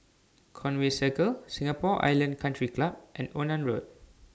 Conway Circle Singapore Island Country Club and Onan Road